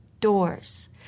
doors